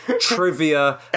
trivia